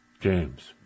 James